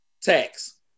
Tax